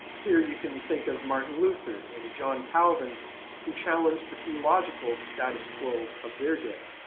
here you can think of martin luther and john calvin who challenged the theological status quo of their day.